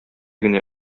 генә